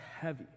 heavy